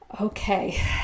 Okay